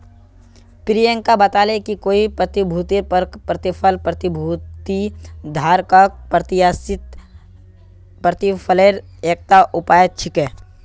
प्रियंका बताले कि कोई प्रतिभूतिर पर प्रतिफल प्रतिभूति धारकक प्रत्याशित प्रतिफलेर एकता उपाय छिके